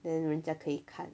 then 人家可以看